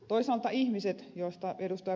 toisaalta ihmiset joista ed